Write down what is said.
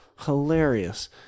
Hilarious